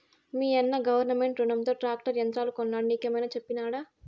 మీయన్న గవర్నమెంట్ రునంతో ట్రాక్టర్ యంత్రాలు కొన్నాడు నీకేమైనా చెప్పినాడా